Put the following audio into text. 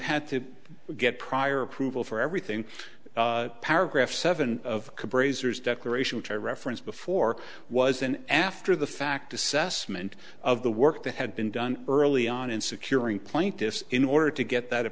had to get prior approval for everything paragraph seven of declaration which i referenced before was an after the fact assessment of the work that had been done early on in securing plaintiffs in order to get that